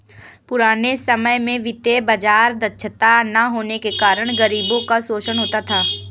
पुराने समय में वित्तीय बाजार दक्षता न होने के कारण गरीबों का शोषण होता था